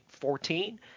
14